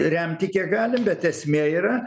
remti kiek galim bet esmė yra